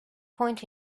point